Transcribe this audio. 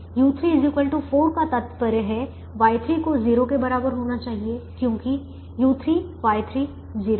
u3 4 का तात्पर्य है Y3 को 0 के बराबर होना चाहिए क्योंकि u3Y3 0 है